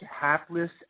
hapless